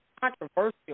controversial